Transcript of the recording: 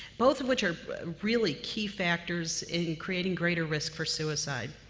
both of which are really key factors in creating greater risk for suicide.